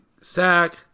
sack